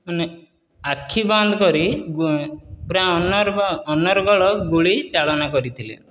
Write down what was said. ମାନେ ଆଖି ବନ୍ଦ କରି ପୁରା ଅନର୍ଗଳ ଗୁଳି ଚାଳନ କରିଥିଲେ